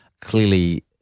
clearly